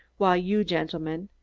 while you gentlemen,